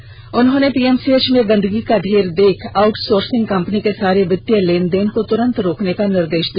स्वास्थ्य मंत्री ने पीएमसीएच में गंदगी का ढेर देखकर आउटसोर्सिंग कंपनी के सारे वित्तीय लेनदेन को तुरंत रोकने का निर्देश दिया